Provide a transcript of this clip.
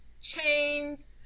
chains